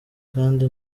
kandi